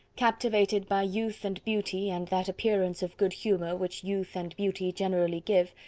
captivated by youth and beauty, and that appearance of good humour which youth and beauty generally give,